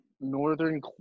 northern